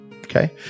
okay